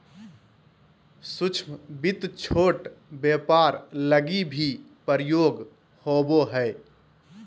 सूक्ष्म वित्त छोट व्यापार लगी भी प्रयोग होवो हय